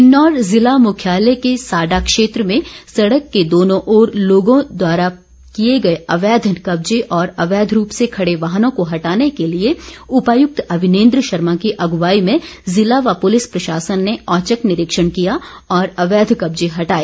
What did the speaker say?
किन्नौर जिला मुख्यालय के साडा क्षेत्र में सड़क के दोनों ओर लोगों द्वारा किए गए अवैध कब्जे और अवैध रूप से खड़े वाहनों को हटाने के लिए उपायुक्त अविनेन्द्र शर्मा की अगुवाई में जिला व पुलिस प्रशासन ने औचक निरीक्षण किया और अवैध कब्जे हटाए